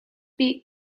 beak